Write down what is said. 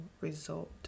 result